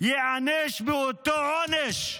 ייענש באותו עונש"